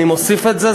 אני מוסיף את זה,